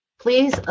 please